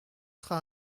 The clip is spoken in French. sera